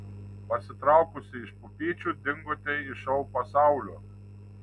pasitraukusi iš pupyčių dingote iš šou pasaulio